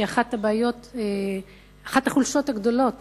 שהיא אחת החולשות הגדולות